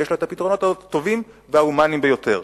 יש לה הפתרונות הטובים וההומניים ביותר.